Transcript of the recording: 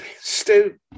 Stu